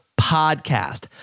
Podcast